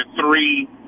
three